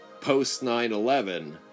post-9-11